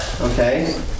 Okay